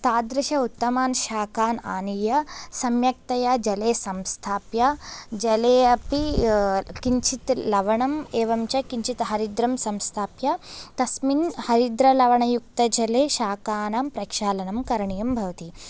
तादृश उत्तमान् शाकान् आनीय सम्यक्तया जले संस्थाप्य जले अपि किञ्चिद् लवणम् एवञ्च किञ्चित् हरिद्रं संस्थाप्य तस्मिन् हरिद्रलवणयुक्तजले शाकानां प्रक्षालनं करणीयं भवति